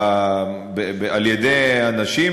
על-ידי אנשים,